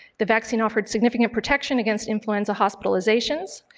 the vaccine offered significant protection against influenza hospitalizations.